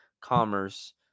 Commerce